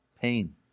Pain